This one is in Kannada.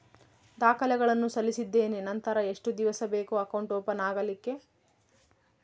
ದಾಖಲೆಗಳನ್ನು ಸಲ್ಲಿಸಿದ್ದೇನೆ ನಂತರ ಎಷ್ಟು ದಿವಸ ಬೇಕು ಅಕೌಂಟ್ ಓಪನ್ ಆಗಲಿಕ್ಕೆ?